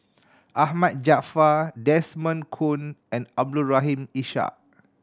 Ahmad Jaafar Desmond Kon and Abdul Rahim Ishak